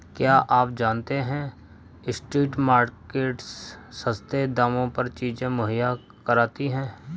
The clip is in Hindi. क्या आप जानते है स्ट्रीट मार्केट्स सस्ते दामों पर चीजें मुहैया कराती हैं?